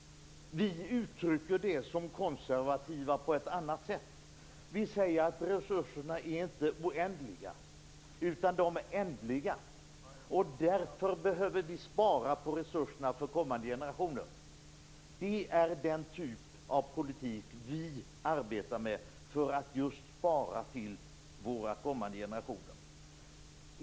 Vi som konservativa uttrycker detta på ett helt annat sätt. Vi säger att resurserna inte är oändliga, utan att de är ändliga. Därför behöver vi spara på resurserna för kommande generationer. Detta är den typ av politik som vi arbetar med.